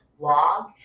log